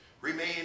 Remain